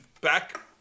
back